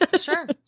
Sure